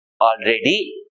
already